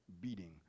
beating